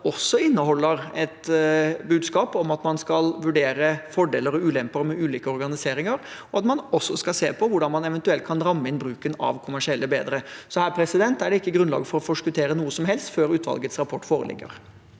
også inneholder et budskap om at man skal vurdere fordeler og ulemper ved ulike organiseringer, og at man også skal se på hvordan man eventuelt kan ramme inn bruken av kommersielle bedre. Så her er det ikke grunnlag for å forskuttere noe som helst før utvalgets rapport foreligger.